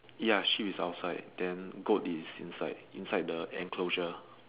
ya sheep is outside then goat is inside inside the enclosure